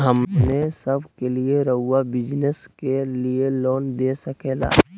हमने सब के लिए रहुआ बिजनेस के लिए लोन दे सके ला?